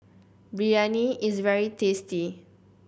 biryani is very tasty